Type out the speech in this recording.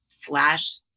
flash